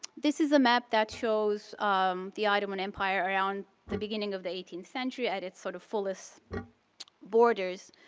this is a map that shows um the ottoman empire around the beginning of the eighteenth century at its sort of fullest borders.